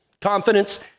Confidence